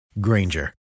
Granger